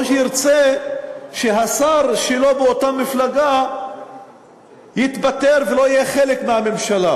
או ירצה שהשר שלו מאותה מפלגה יתפטר ולא יהיה חלק מהממשלה?